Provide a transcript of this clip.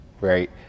right